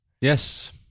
Yes